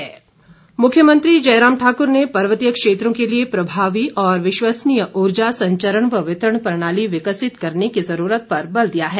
उर्जा नीति मुख्यमंत्री जयराम ठाक्र ने पर्वतीय क्षेत्रों के लिए प्रभावी और विश्वसनीय ऊर्जा संचरण व वितरण प्रणाली विकसित करने की जरूरत पर बल दिया है